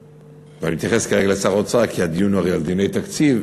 ואני מתייחס כרגע לשר האוצר כי הדיון הוא הרי דיון על תקציב,